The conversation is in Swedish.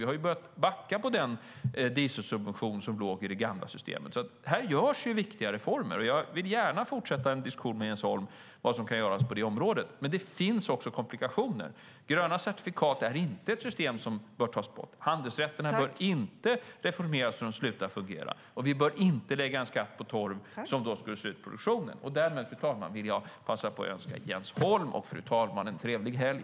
Vi har börjat backa på den dieselsubvention som låg i det gamla systemet. Här görs viktiga reformer. Jag vill gärna fortsätta en diskussion med Jens Holm om vad som kan göras på det området. Men det finns också komplikationer. Gröna certifikat är inte ett system som bör tas bort. Handelsrätterna bör inte deformeras så att de slutar fungera. Vi bör inte lägga en skatt på torv som skulle slå ut produktionen. Därmed vill jag passa på att önska Jens Holm och fru talmannen trevlig helg.